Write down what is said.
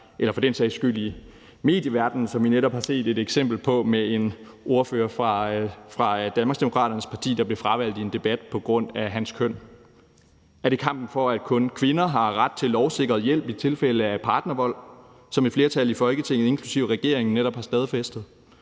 eller for den sags skyld i medieverdenen? Det har vi netop set et eksempel på med en mandlig ordfører fra Danmarksdemokraterne, der blev fravalgt i en debat på grund af sit køn. Er det kampen for, at kun kvinder har ret til lovsikret hjælp i tilfælde af partnervold, hvilket et flertal i Folketinget inklusive regeringen netop har stadfæstet?